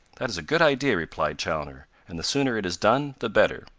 that is a good idea, replied chaloner, and the sooner it is done the better.